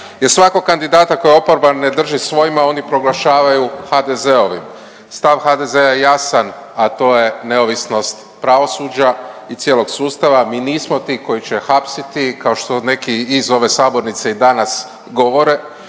svakog kandidata koji oporba ne drži svojima oni proglašavaju HDZ-ovim. Stav HDZ-a je jasan, a to je neovisnost pravosuđa i cijelog sustava. Mi nismo ti koji će hapsiti kao što neki iz ove sabornice i danas govore.